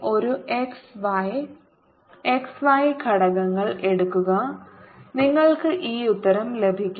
ഒരു x y x y ഘടകങ്ങൾ എടുക്കുക നിങ്ങൾക്ക് ഈ ഉത്തരം ലഭിക്കും